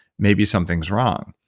maybe something's wrong.